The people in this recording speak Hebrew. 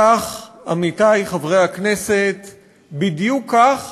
כך, עמיתי חברי הכנסת, בדיוק כך